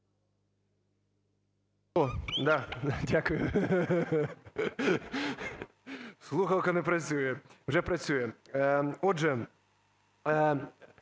Да, дякую. Слухавка не працює, вже працює. Отже,